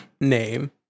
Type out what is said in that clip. name